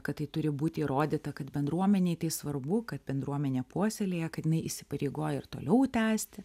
kad tai turi būti įrodyta kad bendruomenei tai svarbu kad bendruomenė puoselėja kad jinai įsipareigoja ir toliau tęsti